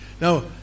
Now